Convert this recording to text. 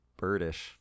birdish